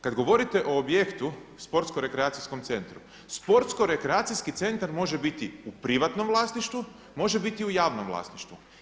Kad govorite o objektu sportsko-rekreacijskom centru, sportsko-rekreacijski centar može biti u privatnom vlasništvu, može biti u javnom vlasništvu.